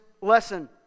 lesson